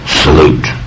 salute